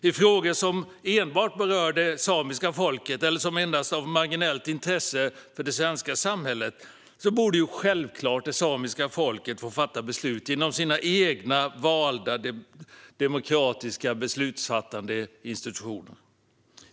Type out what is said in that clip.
I frågor som enbart berör det samiska folket eller endast är av marginellt intresse för det svenska samhället borde det samiska folket självklart få fatta beslut genom sina egna valda och demokratiska beslutsfattande institutioner.